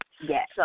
Yes